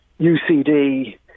UCD